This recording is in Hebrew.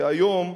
שהיום,